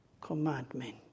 commandment